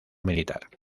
militar